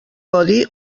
codi